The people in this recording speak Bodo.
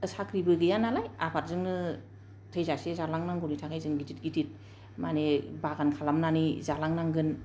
साख्रिबो गैया नालाय आबादजोंनो थैजासिम जालांनांगौनि थाखाय जों गेदेर गेदेर माने बागान खालामनानै जालांनांगोन